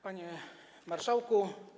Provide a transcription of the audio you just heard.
Panie Marszałku!